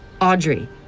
Audrey